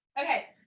okay